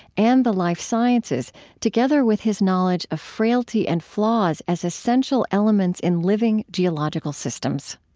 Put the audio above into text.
and the life sciences together with his knowledge of frailty and flaws as essential elements in living geological systems.